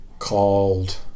Called